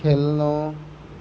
खेल्नु